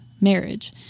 marriage